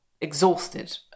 exhausted